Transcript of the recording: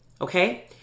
okay